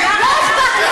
לא אכפת לך.